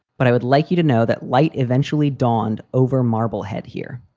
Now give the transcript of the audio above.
but i would like you to know that light eventually dawned over marblehead here.